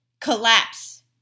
collapse